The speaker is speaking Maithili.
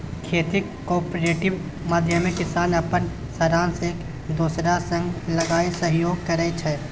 खेतीक कॉपरेटिव माध्यमे किसान अपन साधंश एक दोसरा संग लगाए सहयोग करै छै